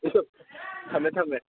ꯑꯩꯁꯨ ꯊꯝꯃꯦ ꯊꯝꯃꯦ